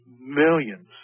millions